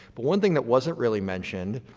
but one thing that wasn't really mentioned,